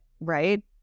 right